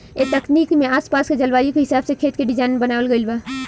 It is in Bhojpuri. ए तकनीक में आस पास के जलवायु के हिसाब से खेत के डिज़ाइन बनावल गइल बा